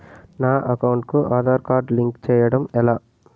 నా అకౌంట్ కు Aadhaar card link చేయడం ఎలా?